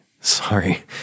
Sorry